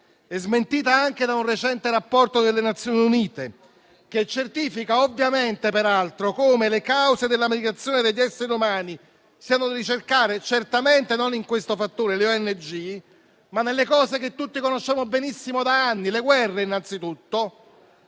e smentita anche da un recente rapporto delle Nazioni Unite, che certifica peraltro come le cause della migrazione degli esseri umani siano da ricercare certamente non in questo fattore, le ONG, ma nelle cause che tutti conosciamo benissimo da anni, come le guerre innanzitutto